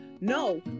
No